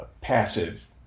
passive